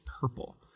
purple